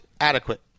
adequate